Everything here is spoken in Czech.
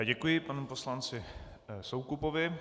Děkuji panu poslanci Soukupovi.